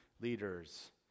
leaders